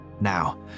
Now